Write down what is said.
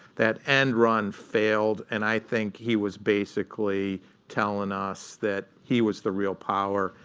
that end run failed. and i think he was basically telling us that he was the real power,